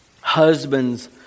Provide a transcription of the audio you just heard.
Husbands